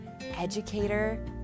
educator